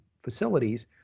facilities